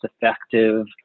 effective